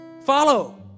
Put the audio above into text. follow